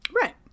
right